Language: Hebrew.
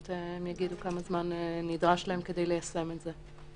הם יגידו כמה זמן נדרש להם כדי ליישם את זה.